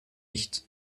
nicht